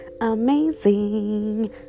amazing